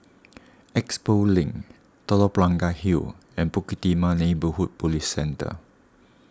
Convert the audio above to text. Expo Link Telok Blangah Hill and Bukit Timah Neighbourhood Police Centre